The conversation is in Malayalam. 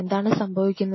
എന്താണ് സംഭവിക്കുന്നത്